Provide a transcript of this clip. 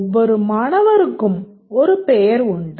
ஒவ்வொரு மாணவருக்கும் ஒரு பெயர் உண்டு